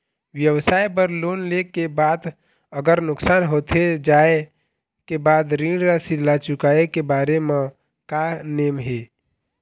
व्यवसाय बर लोन ले के बाद अगर नुकसान होथे जाय के बाद ऋण राशि ला चुकाए के बारे म का नेम हे?